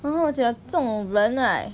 然后我觉得这种人 right